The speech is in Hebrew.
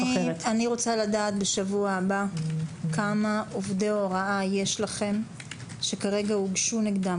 אני רוצה לדעת בשבוע הבא כמה עובדי הוראה יש לכם שכרגע הוגשו נגדם